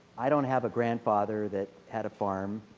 i don't have a grandfather that had a farm,